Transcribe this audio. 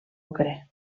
ocre